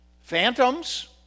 Phantoms